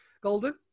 Golden